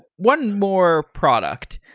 one more product.